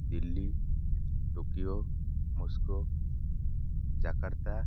Delhi Tokyo Moscow Jakarta